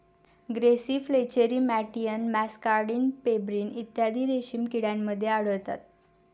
grasserie flacherie मॅटियन muscardine pebrine इत्यादी रेशीम किड्यांमध्ये आढळतात